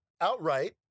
outright